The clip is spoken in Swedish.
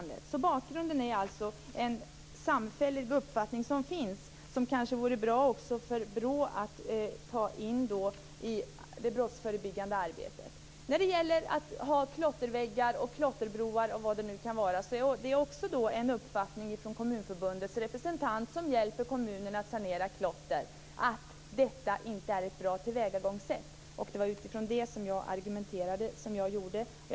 Det finns alltså en samfällig uppfattning, som det kanske vore bra om BRÅ tog till sig i det brottsförebyggande arbetet. Kommunförbundets representant som hjälper kommunerna att sanera klotter att sådana inte är ett bra tillvägagångssätt. Det var utifrån detta faktum som jag argumenterade.